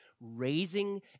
raising